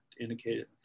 indicated